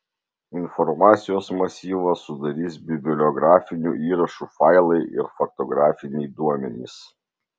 informacijos masyvą sudarys bibliografinių įrašų failai ir faktografiniai duomenys